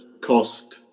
cost